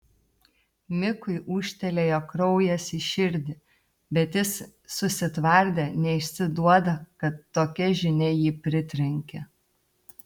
mikui ūžtelėjo kraujas į širdį bet jis susitvardė neišsiduoda kad tokia žinia jį pritrenkė